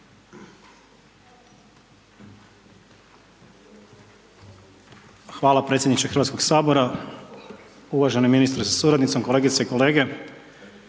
Hvala predsjedniče Hrvatskog sabora, uvaženi ministre sa suradnicom, kolegice i kolege,